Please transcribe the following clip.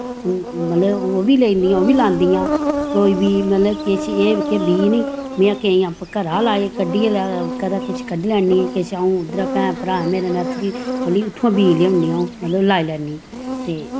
मतलव ओह् बी लेई औंदियां ओह् बी लांदियां कोई बी मतलव किश एह् जेह्के बीऽ न में केंई घरा लाए कड्ढियै किश कड्ढी लैन्नी किश अऊं उध्दरा भ्राऽ मेरै नर्सरी खोह्ली उत्थुआं बीऽ लेऔनी अऊं मतलव लाई लैन्नी ते